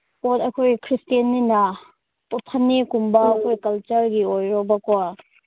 ꯍꯣꯏ ꯑꯩꯈꯣꯏ ꯈ꯭ꯔꯤꯁꯇꯦꯟꯅꯤꯅ ꯐꯅꯦꯛꯀꯨꯝꯕ ꯑꯩꯈꯣꯏ ꯀꯜꯆꯔꯒꯤ ꯑꯣꯏꯔꯣꯕꯀꯣ